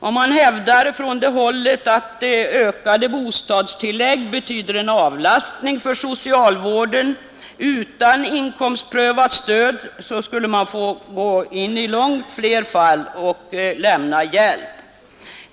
Och man hävdar från det hållet att ökade bostadstillägg betyder en avlastning för socialvården; utan inkomstprövat stöd skulle man få gå in i långt flera fall och lämna hjälp.